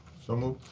so moved.